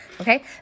Okay